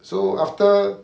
so after